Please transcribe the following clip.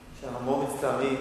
שאנחנו מאוד מצטערים